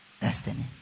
Destiny